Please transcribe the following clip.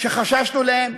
שחששנו להם